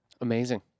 Amazing